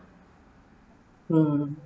mm